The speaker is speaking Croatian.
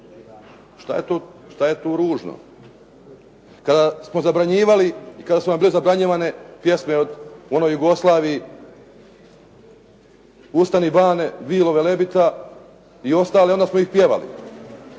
Što je tu ružno? Kada smo zabranjivali i kada su nam bile zabranjivane pjesme u onoj Jugoslaviji "Ustani bane", "Vilo Velebita" i ostale onda smo ih pjevali.